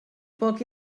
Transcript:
poc